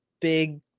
big